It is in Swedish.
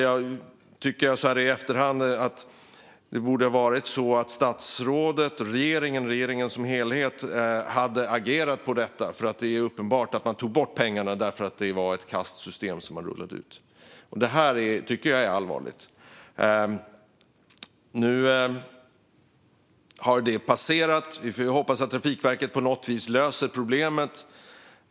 Jag tycker så här i efterhand att statsrådet och regeringen som helhet borde ha agerat på detta. Det är nämligen uppenbart att man tog bort pengarna därför att det var ett kasst system man rullade ut. Detta tycker jag är allvarligt. Nu har det passerat, och vi får hoppas att Trafikverket på något vis löser problemet.